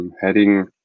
heading